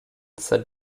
said